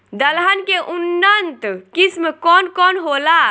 दलहन के उन्नत किस्म कौन कौनहोला?